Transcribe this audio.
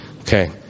Okay